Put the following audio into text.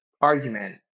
argument